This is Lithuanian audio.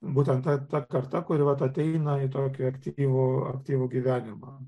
būtent ta karta kuri vat ateina į tokį aktyvų aktyvų gyvenimą